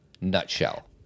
nutshell